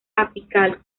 apical